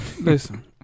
Listen